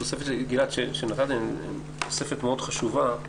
התוספת שגלעד נתן - שנתתם הם תוספת מאוד חשובה.